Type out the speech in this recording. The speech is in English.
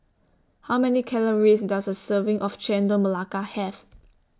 How Many Calories Does A Serving of Chendol Melaka Have